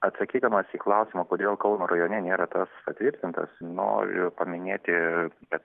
atsakydamas į klausimą kodėl kauno rajone nėra tas patvirtintos noriu paminėti kad